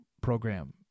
program